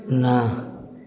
ନା